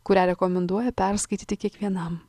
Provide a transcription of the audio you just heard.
kurią rekomenduoja perskaityti kiekvienam